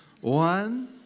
One